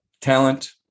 talent